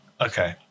Okay